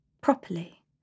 properly